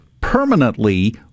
permanently